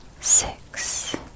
six